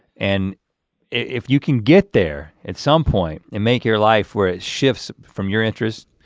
and if you can get there at some point, and make your life where it shifts from your interest.